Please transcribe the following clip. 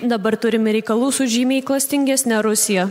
dabar turime reikalų su žymiai klastingesne rusija